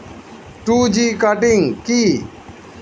Two G cutting কি?